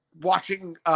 watching